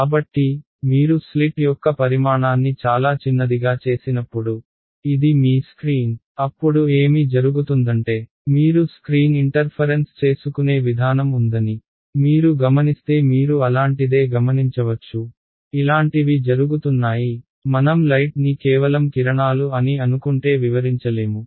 కాబట్టి మీరు స్లిట్ యొక్క పరిమాణాన్ని చాలా చిన్నదిగా చేసినప్పుడు ఇది మీ స్క్రీన్ అప్పుడు ఏమి జరుగుతుందంటే మీరు స్క్రీన్ ఇంటర్ఫరెన్స్ చేసుకునే విధానం ఉందని మీరు గమనిస్తే మీరు అలాంటిదే గమనించవచ్చు ఇలాంటివి జరుగుతున్నాయి మనం లైట్ ని కేవలం కిరణాలు అని అనుకుంటే వివరించలేము